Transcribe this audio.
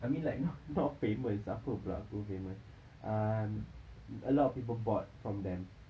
I mean like not not famous apa pula aku famous um a lot of people bought from them